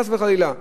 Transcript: חס וחלילה.